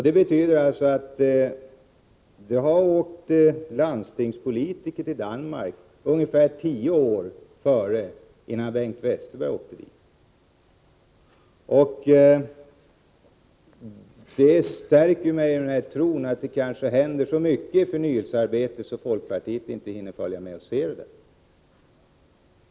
Det betyder alltså att det åkte landstingspolitiker till Danmark ungefär tio år före Bengt Westerbergs besök. Detta stärker mig i min tro att det händer så mycket i förnyelsearbetet att folkpartiet inte hinner följa med.